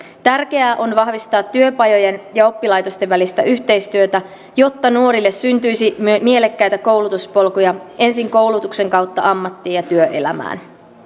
tärkeää on vahvistaa työpajojen ja oppilaitosten välistä yhteistyötä jotta nuorille syntyisi mielekkäitä koulutuspolkuja ensin koulutuksen kautta ammattiin ja työelämään